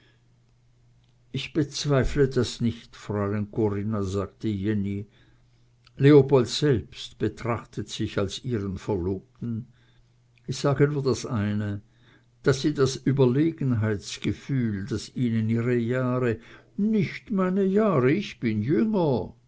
ich bezweifle das nicht fräulein corinna sagte jenny leopold selbst betrachtet sich als ihren verlobten ich sage nur das eine daß sie das überlegenheitsgefühl das ihnen ihre jahre nicht meine jahre ich bin jünger